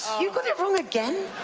you got it wrong again?